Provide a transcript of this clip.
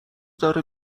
داره